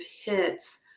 hits